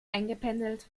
eingependelt